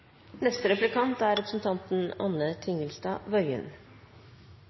neste replikant representanten